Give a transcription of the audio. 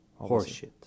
Horseshit